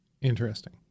Interesting